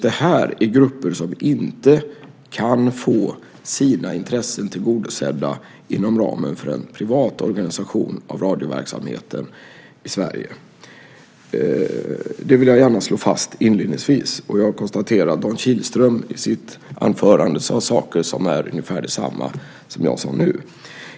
Det här är grupper som inte kan få sina intressen tillgodosedda inom ramen för en privat organisation av radioverksamheten i Sverige. Det vill jag gärna slå fast inledningsvis. Jag konstaterar att Dan Kihlström i sitt anförande sade saker som är ungefär desamma som jag nu sade.